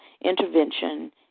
intervention